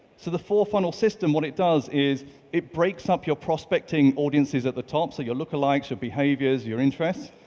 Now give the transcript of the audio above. so the four funnel system, what it does is it breaks up your prospecting audiences at the top. so your lookalikes, your behaviours, your interests,